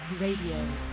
Radio